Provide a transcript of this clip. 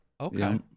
Okay